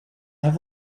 have